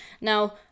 Now